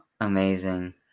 amazing